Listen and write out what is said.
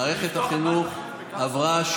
את מערכת החינוך לא יכולתם לעשות עם קפסולות,